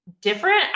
different